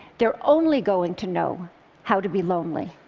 they're only going to know how to be lonely.